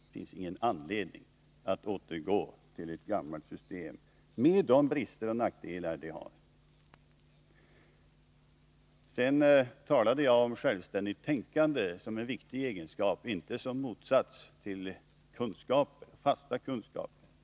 Det finns ingen anledning att återgå till ett gammalt system med de brister och nackdelar som det har. Sedan talade jag om självständigt tänkande såsom en viktig egenskap och självfallet inte såsom en motsats till fasta kunskaper.